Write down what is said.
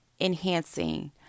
Enhancing